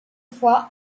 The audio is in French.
fois